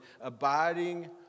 abiding